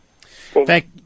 Thank